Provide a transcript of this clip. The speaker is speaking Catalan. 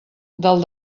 del